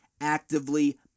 actively